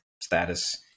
status